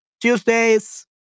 Tuesdays